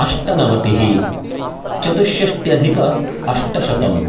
अष्टनवतिः चतुष्षष्ट्यधिक अष्टशतं